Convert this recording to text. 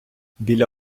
біля